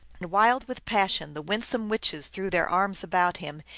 and wild with passion the winsome witches threw their arms about him,